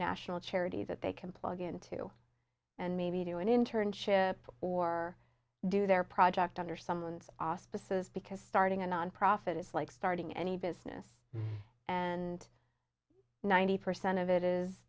national charity that they can plug into and maybe do an internship or do their project under someone's auspices because starting a nonprofit is like starting any business and ninety percent of it is